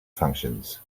functions